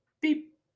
Beep